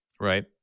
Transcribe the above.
right